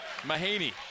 Mahaney